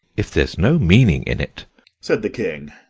if there's no meaning in it said the king,